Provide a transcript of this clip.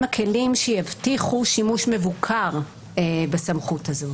הכלים שיבטיחו שימוש מבוקר בסמכות הזאת.